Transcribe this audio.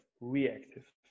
reactive